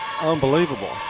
unbelievable